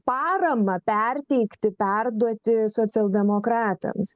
paramą perteikti perduoti socialdemokratams